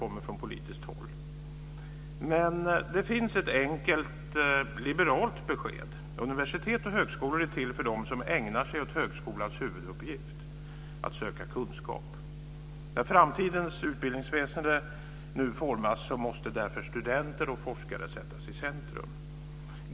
Men det finns ett enkelt liberalt besked: Universitet och högskolor är till för dem som ägnar sig åt högskolans huvuduppgift - att söka kunskap. När framtidens utbildningsväsende nu formas måste därför studenter och forskare sättas i centrum.